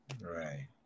right